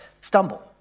stumble